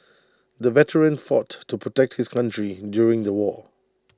the veteran fought to protect his country during the war